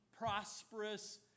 prosperous